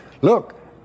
Look